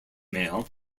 male